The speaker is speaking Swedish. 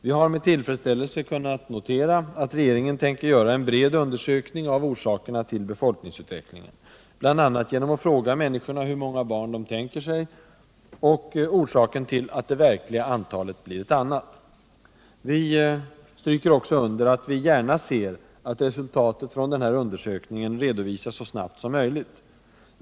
Vi har med tillfredsställelse kunnat notera att regeringen tänker göra en bred undersökning av orsakerna till befolkningsutvecklingen, bl.a. genom att fråga människorna om hur många barn de tänker sig och orsaken till att det verkliga antalet blir ett annat. Vi stryker också under att vi gärna ser att resultatet från den här undersökningen redovisas så snabbt som möjligt.